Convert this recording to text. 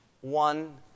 one